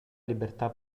libertà